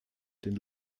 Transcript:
den